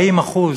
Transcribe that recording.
40%